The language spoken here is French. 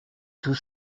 tout